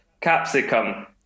Capsicum